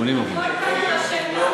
80%. לשטח.